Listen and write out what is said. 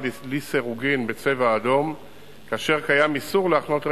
לסירוגין בצבע אדום כאשר קיים איסור להחנות רכב,